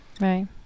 Right